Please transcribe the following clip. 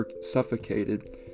suffocated